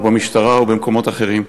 במשטרה ובמקומות אחרים: